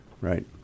Right